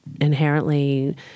inherently